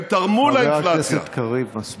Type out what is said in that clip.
הם תרמו לאינפלציה, חבר הכנסת קריב, מספיק.